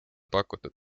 pakutud